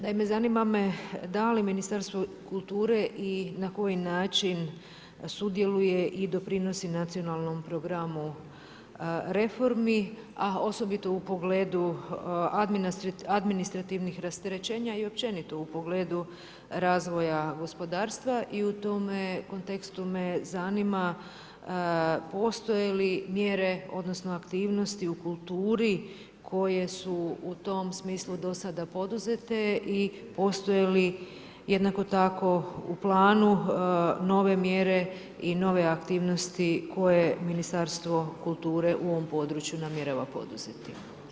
Naime, zanima me da li Ministarstvo kulture i na koji način sudjeluje i doprinosi nacionalnom programu reformi, a osobito u pogledu administrativnih rasterećenja i općenito u pogledu razvoja gospodarstva i u tome kontekstu me zanima postoje li mjere odnosno aktivnosti u kulturi koje su u tome smislu do sada poduzete i postoje li jednako tako u planu nove mjere i nove aktivnosti koje Ministarstvo kulture u ovom području namjerava poduzeti.